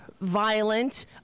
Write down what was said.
violent